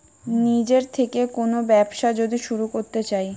নিজের থেকে কোন ব্যবসা যদি শুরু করতে চাই